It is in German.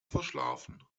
verschlafen